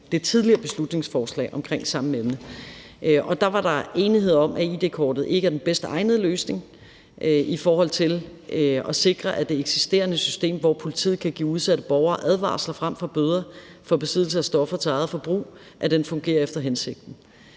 det tidligere beslutningsforslag omkring samme emne, siddet med det, og her var der enighed om, at id-kortet ikke er den bedst egnede løsning i forhold til at sikre, at det eksisterende system, hvor politiet kan give udsatte borgere advarsler frem for bøder for besiddelse af stoffer til eget forbrug, fungerer efter hensigten.